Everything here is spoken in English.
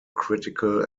critical